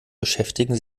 beschäftigen